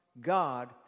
God